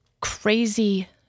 crazy